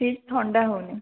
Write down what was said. fridge ଥଣ୍ଡା ହେଉନି